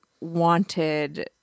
wanted